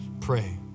Pray